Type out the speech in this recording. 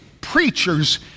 preachers